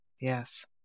Yes